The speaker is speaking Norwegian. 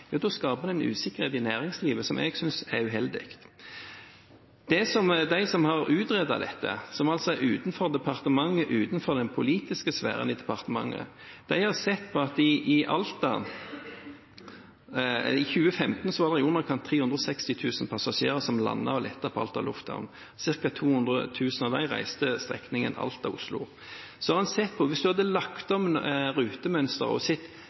da skaper det en usikkerhet i næringslivet som jeg synes er uheldig. De som har utredet dette, som altså er utenfor departementet, utenfor den politiske sfæren i departementet, har sett på at det i Alta i 2015 var i underkant av 360 000 passasjerer som landet og lettet på Alta lufthavn. Cirka 200 000 av dem reiste strekningen Alta–Oslo. Så har en sett på om en, hvis en hadde lagt om rutemønsteret, kunne fått flere fly inn, og